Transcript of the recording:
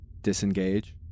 Disengage